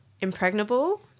impregnable